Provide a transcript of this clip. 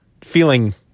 feeling